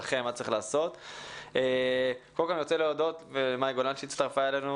אני רוצה להודות למאי גולן שהצטרפה אלינו